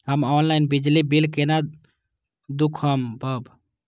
हम ऑनलाईन बिजली बील केना दूखमब?